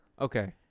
Okay